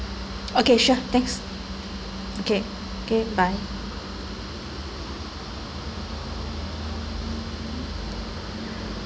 okay sure thanks okay okay bye